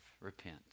repent